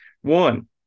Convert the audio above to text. One